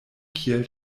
kiel